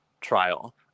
trial